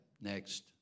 Next